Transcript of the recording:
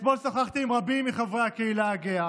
אתמול שוחחתי עם רבים מחברי הקהילה הגאה